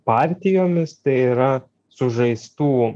partijomis tai yra sužaistų